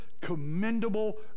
commendable